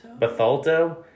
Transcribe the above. Bethalto